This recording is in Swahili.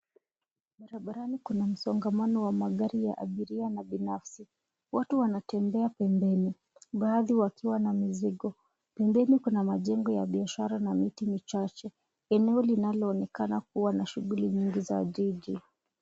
Barabarani kuna msongamano wa magari ya abiria na binafsi. Watu wanatembea pembeni, baadhi wakiwa na mizigo. Pembeni kuna majengo ya biashara na miti michache. Eneo linaloonekana kuwa na shughuli nyingi za jiji.